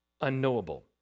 unknowable